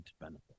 benefit